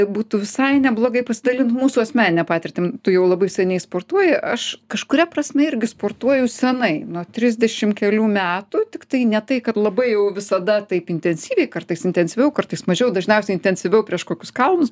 būtų visai neblogai pasidalint mūsų asmenine patirtim tu jau labai seniai sportuoji aš kažkuria prasme irgi sportuoju senai nuo trisdešim kelių metų tiktai ne tai kad labai jau visada taip intensyviai kartais intensyviau kartais mažiau dažniausiai intensyviau prieš kokius kalnus